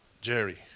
Jerry